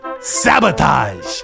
sabotage